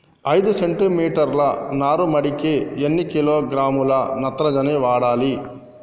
ఐదు సెంటిమీటర్ల నారుమడికి ఎన్ని కిలోగ్రాముల నత్రజని వాడాలి?